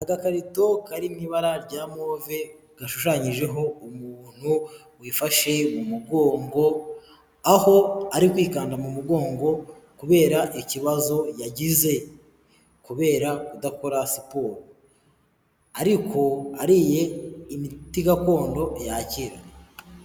Agakarito kari mu ibara rya move gashushanyijeho umuntu wifashe mu mugongo, aho ari kwikanda mu mugongo kubera ikibazo yagize kubera kudakora siporo, ariko ariye imiti gakondo yakira.